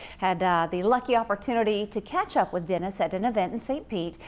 had the lucky opportunity to catch up with dennis at an event in st. pete,